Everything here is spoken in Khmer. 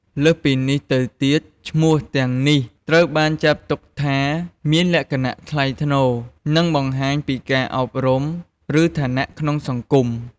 លើសពីនេះទៅទៀតឈ្មោះទាំងនេះត្រូវបានចាត់ទុកថាមានលក្ខណៈថ្លៃថ្នូរ និងបង្ហាញពីការអប់រំ ឬឋានៈក្នុងសង្គម។